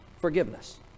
forgiveness